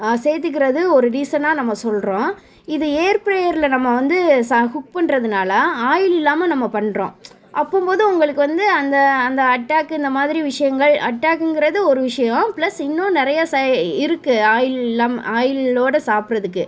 சேர்த்திக்கிறது ஒரு ரீசனாக நம்ம சொல்கிறோம் இது ஏர் ப்ரேயரில் நம்ம வந்து ச குக் பண்ணுறதுனால ஆயில் இல்லாமல் நம்ம பண்ணுறோம் அப்பம்மோது உங்களுக்கு வந்து அந்த அந்த அட்டாக்கு இந்த மாதிரி விஷயங்கள் அட்டாக்குங்கிறது ஒரு விஷயோம் ப்ளஸ் இன்னும் நிறைய சை இருக்குது ஆயில் இல்லாமல் ஆயிலோடு சாப்பிட்றதுக்கு